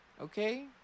okay